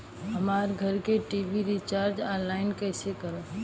हमार घर के टी.वी रीचार्ज ऑनलाइन कैसे करेम?